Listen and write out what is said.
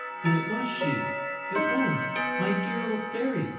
then it was she it was my dear little fairy,